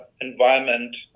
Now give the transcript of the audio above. environment